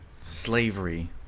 slavery